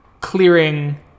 clearing